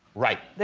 right.